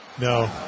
No